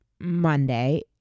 Monday